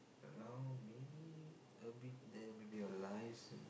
around maybe a bit there baby realize